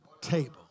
table